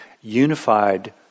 unified